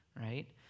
right